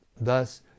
Thus